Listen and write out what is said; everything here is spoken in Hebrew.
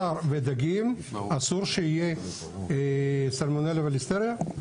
בשר ודגים, אסור שיהיה סלמונלה וליסטריה?